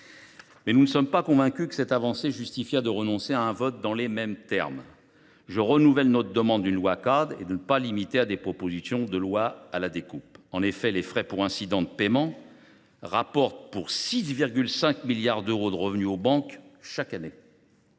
Mais nous ne sommes pas convaincus, toutefois, que cette avancée justifie de renoncer à un vote dans les mêmes termes. Je renouvelle notre demande d’une loi cadre. Ne nous limitons pas à des propositions de loi à la découpe. En effet, les frais pour incidents de paiement rapportent 6,5 milliards d’euros aux banques chaque année.